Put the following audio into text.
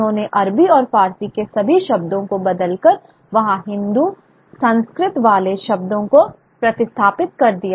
उन्होंने अरबी और फ़ारसी के सभी शब्दों को बदलकर वहां हिंदू संस्कृत वाले शब्दों को प्रतिस्थापित कर दिया